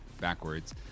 backwards